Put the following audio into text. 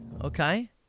Okay